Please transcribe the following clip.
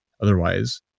otherwise